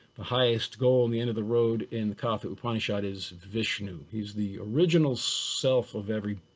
the highest goal and the end of the road in the katha upanishad is vishnu. he's the original self of everything.